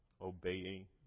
Obeying